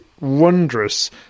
wondrous